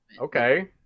Okay